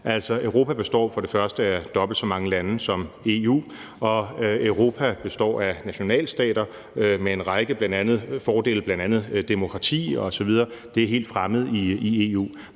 Europa består for det første af dobbelt så mange lande som EU, og for det andet består Europa af nationalstater med en række fordele, bl.a. demokrati. Det er helt fremmed i EU.